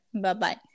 Bye-bye